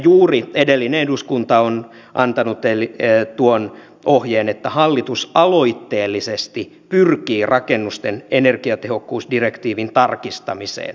juuri edellinen eduskunta on antanut tuon ohjeen että hallitus aloitteellisesti pyrkii rakennusten energiatehokkuusdirektiivin tarkistamiseen